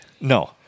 No